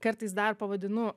kartais dar pavadinu